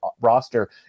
roster